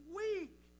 week